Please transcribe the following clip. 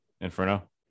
Inferno